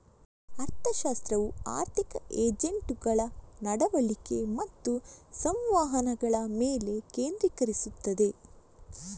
ಅರ್ಥಶಾಸ್ತ್ರವು ಆರ್ಥಿಕ ಏಜೆಂಟುಗಳ ನಡವಳಿಕೆ ಮತ್ತು ಸಂವಹನಗಳ ಮೇಲೆ ಕೇಂದ್ರೀಕರಿಸುತ್ತದೆ